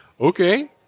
Okay